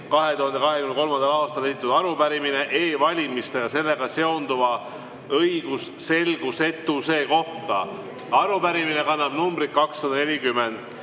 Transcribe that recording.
2023. aastal esitatud arupärimine e-valimiste ja sellega seonduva õigusselgusetuse kohta. Arupärimine kannab numbrit 240.